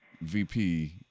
VP